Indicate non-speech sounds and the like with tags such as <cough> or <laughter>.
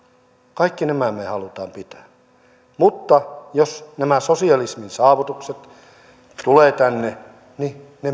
kaikki nämä me haluamme pitää mutta jos nämä sosialismin saavutukset tulevat tänne niin ne <unintelligible>